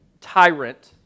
tyrant